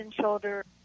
shoulder